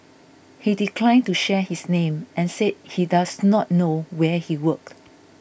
he declined to share his name and said he does not know where he worked